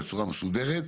בצורה מסודרת,